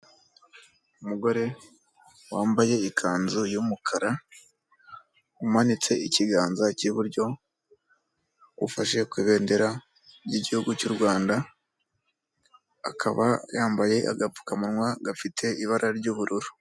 Umugore wambaye ikanzu y'umukara umanitse ikiganza cy'iburyo, ufashe ku ibendera ry'igihugu cy'u Rwanda, akaba yambaye agapfukamunwa gafite ibara ry'ubururu.